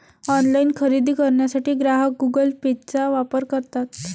online खरेदी करण्यासाठी ग्राहक गुगल पेचा वापर करतात